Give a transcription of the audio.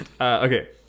Okay